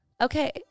Okay